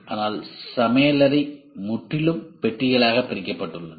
ஆனால் சமையலறை முற்றிலும் பெட்டிகளாக பிரிக்கப்பட்டுள்ளது